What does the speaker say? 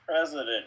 president